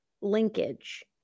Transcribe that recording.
linkage